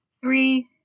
Three